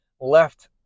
left